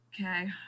Okay